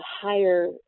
higher